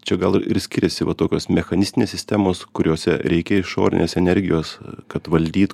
čia gal ir skiriasi va tokios mechanistinės sistemos kuriose reikia išorinės energijos kad valdyt